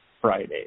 Friday